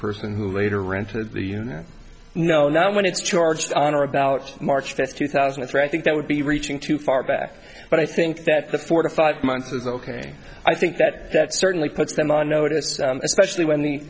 person who later rented the unit know now when it's charged on or about march fifth two thousand and three i think that would be reaching too far back but i think that the four to five months is ok i think that that certainly puts them on notice especially when the